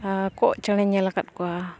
ᱟᱨ ᱠᱚᱜ ᱪᱮᱬᱮ ᱧᱮᱞ ᱟᱠᱟᱫ ᱠᱚᱣᱟ